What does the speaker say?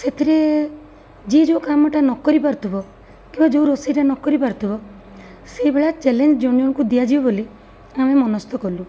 ସେଥିରେ ଯିଏ ଯେଉଁ କାମଟା ନ କରିପାରୁଥିବ କିମ୍ବା ଯେଉଁ ରୋଷେଇଟା ନ କରିପାରୁଥିବ ସେଇଭଳିଆ ଚ୍ୟାଲେଞ୍ଜ ଜଣ ଜଣକୁ ଦିଆଯିବ ବୋଲି ଆମେ ମନସ୍ଥ କଲୁ